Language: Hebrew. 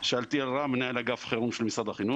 רם, מנהל אגף חירום של משרד החינוך.